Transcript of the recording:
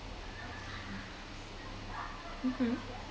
mmhmm